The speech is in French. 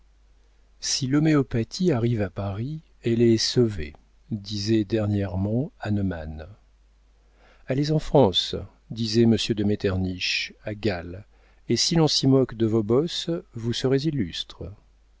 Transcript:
si l'homéopathie arrive à paris elle est sauvée disait dernièrement hahnemann allez en france disait m de metternich à gall et si l'on s'y moque de vos bosses vous serez illustre